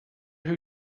who